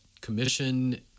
commission